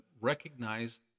recognize